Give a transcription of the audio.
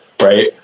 right